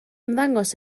ymddangos